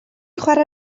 chwarae